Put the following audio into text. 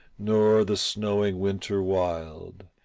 nor the snowing winter wild,